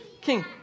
king